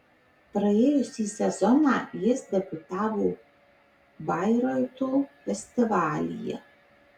praėjusį sezoną jis debiutavo bairoito festivalyje